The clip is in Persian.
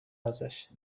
ازشاب